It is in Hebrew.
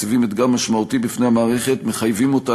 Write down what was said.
מציבים אתגר משמעותי בפני המערכת ומחייבים אותה